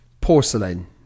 porcelain